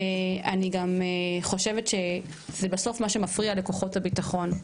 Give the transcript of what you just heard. ואני גם חושבת זה בסוף מה שמפריע לכוחות הביטחון,